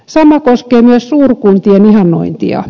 sama koskee myös suurkuntien ihannointia